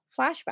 flashback